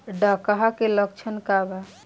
डकहा के लक्षण का वा?